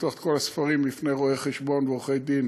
לפתוח את כל הספרים לפני רואי-חשבון ועורכי-דין